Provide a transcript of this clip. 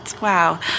wow